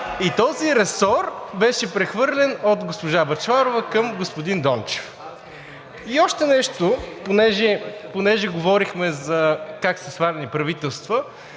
и този ресор беше прехвърлен от госпожа Бъчварова към господин Дончев. И още нещо, понеже говорихме как са сваляни правителства.